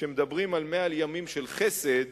כשמדברים על 100 ימים של חסד,